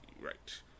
right